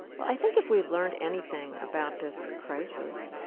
but i think if we've learned anything about this crisis,